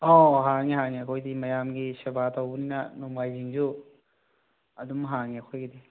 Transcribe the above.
ꯑꯣ ꯍꯥꯡꯉꯦ ꯍꯥꯡꯉꯦ ꯑꯩꯈꯣꯏꯗꯤ ꯃꯌꯥꯝꯒꯤ ꯁꯦꯕꯥ ꯇꯧꯕꯅꯤꯅ ꯅꯣꯡꯃꯥꯏꯖꯤꯡꯁꯨ ꯑꯗꯨꯝ ꯍꯥꯡꯉꯦ ꯑꯩꯈꯣꯏꯒꯤꯗꯤ